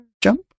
jump